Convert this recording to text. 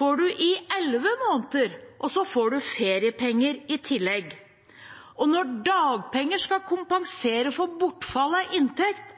får lønn i elleve måneder, og så får man feriepenger i tillegg. Når dagpenger skal kompensere for bortfall av inntekt,